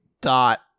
Dot